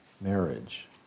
marriage